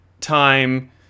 time